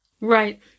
Right